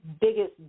biggest